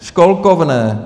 Školkovné.